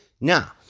Now